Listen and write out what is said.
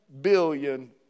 billion